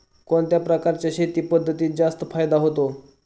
कोणत्या प्रकारच्या शेती पद्धतीत जास्त फायदा होतो?